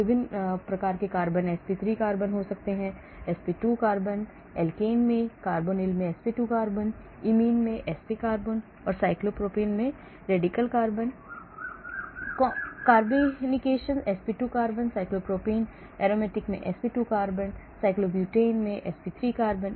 विभिन्न प्रकार के कार्बन sp3 कार्बनsp2 कार्बन एल्केन में कार्बोनिल में sp2 carbon imine sp carbon cyclopropane carbon radical carbon carbocation sp2 carbon cyclopropene aromatic में sp2 कार्बन cyclobutane में sp3 कार्बन